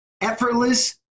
effortless